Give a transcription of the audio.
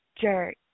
Jerk